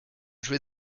joué